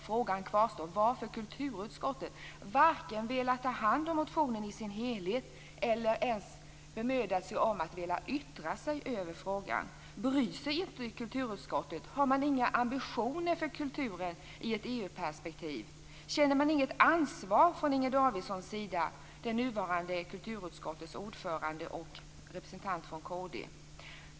Frågan kvarstår dock varför kulturutskottet inte velat ta hand om motionen i dess helhet eller ens bemödat sig om att yttra sig över frågan. Bryr sig inte kulturutskottet? Har man inga ambitioner för kulturen i ett EU-perspektiv? Känner Inger Davidson, den nuvarande ordföranden i kulturutskottet och representanten från kd, inget ansvar?